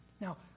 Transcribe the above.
Now